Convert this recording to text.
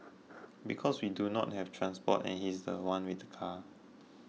because we do not have transport and he's the one with the car